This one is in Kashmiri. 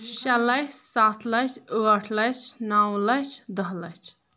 شیٚے لچھ ستھ لچھ ٲٹھ لچھ نو لچھ دہ لچھ